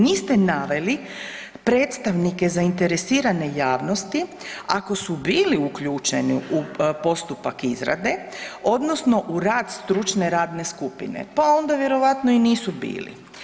Niste naveli predstavnike zainteresirane javnosti ako su bili uključeni u postupak izrade odnosno u rad stručne radne skupine pa onda vjerojatno i nisu bili.